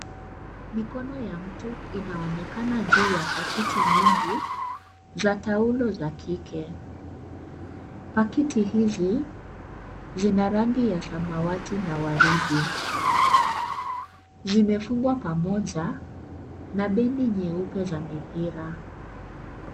Mikono ya mtu inaonekana juu ya pakiti nyingi za taulo za kike. Pakiti hizi zina rangi ya samawati na waridi zimefungwa pamoja na bini nyeupe za mipira.